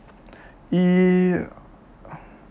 e